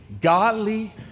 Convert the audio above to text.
godly